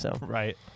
Right